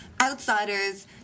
Outsiders